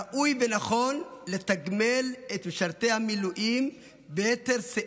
ראוי ונכון לתגמל את משרתי המילואים ביתר שאת,